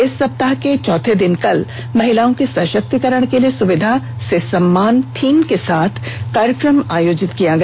इस सप्ताह के चौथे दिन कल महिलाओं के सशक्तिकरण के लिए सुविधा से सम्मान थीम के साथ कार्यक्रम आयोजित किया गया